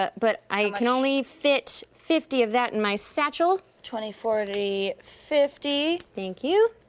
but but i can only fit fifty of that in my satchel. twenty, forty, fifty. thank you.